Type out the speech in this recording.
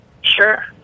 Sure